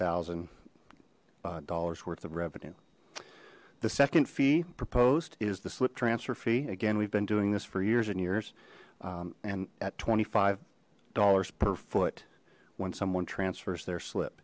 thousand dollars worth of revenue the second fee proposed is the slip transfer fee again we've been doing this for years and years and at twenty five dollars per foot when someone transfers their slip